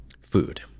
food